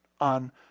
on